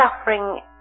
suffering